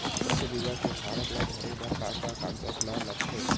स्वास्थ्य बीमा के फॉर्म ल भरे बर का का कागजात ह लगथे?